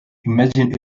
imagine